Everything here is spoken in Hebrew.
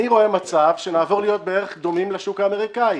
אני רואה מצב שנעבור להיות דומים לשוק האמריקאי.